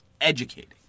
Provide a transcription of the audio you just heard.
educating